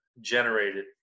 generated